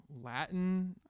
Latin